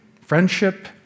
friendship